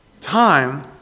Time